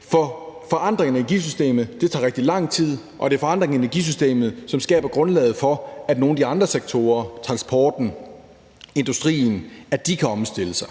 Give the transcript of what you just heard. For forandringer i energisystemet tager rigtig lang tid, og det er forandringer i energisystemet, som skaber grundlaget for, at nogle af de andre sektorer, transporten, industrien, kan omstille sig.